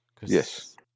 Yes